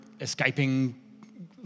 escaping